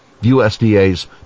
USDA's